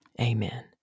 Amen